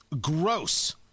gross